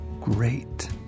great